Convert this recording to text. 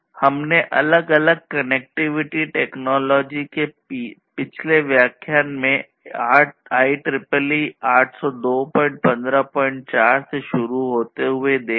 हमने अलग अलग कनेक्टिविटी टेक्नोलॉजी पिछले व्याख्यान में IEEE 802154 से शुरू होते हुए देखें